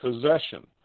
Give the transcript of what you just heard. possession